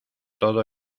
todo